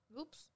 Oops